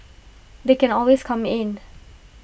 they can always come in